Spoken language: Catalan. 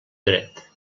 dret